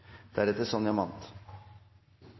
barnehagen. Sonja Mandt